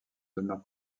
demeurent